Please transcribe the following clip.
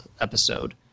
episode